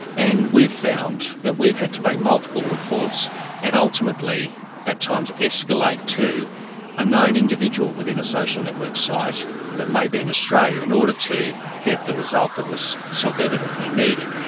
and we've found that we've had to make multiple reports and ultimately at times escalate to a known individual within a social network site that may be in australia in order to get the result that was self evidently needed.